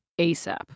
ASAP